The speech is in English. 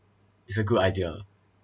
it's a good idea